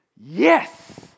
Yes